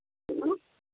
hello